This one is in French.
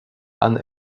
ann